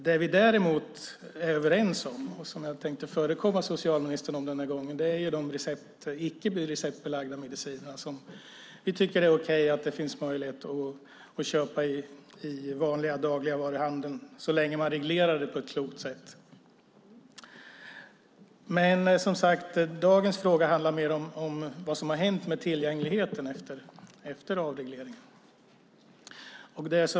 Det vi däremot är överens om, och som jag tänkte förekomma socialministern om denna gång, är att det är okej att de icke receptbelagda medicinerna kan köpas i vanliga dagligvaruhandeln - så länge det regleras på ett klokt sätt. Men dagens fråga handlar, som sagt, mer om vad som har hänt med tillgängligheten efter avregleringen.